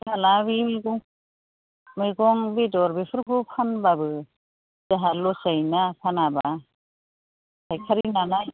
जोंहा बे मैगं बेदर बेफोरखौ फानबाबो जोंहा लस जायोना फानाबा फायखारि नालाय